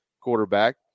Quarterback